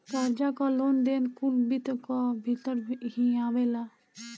कर्जा कअ लेन देन कुल वित्त कअ भितर ही आवेला